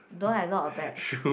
don't have lots of bags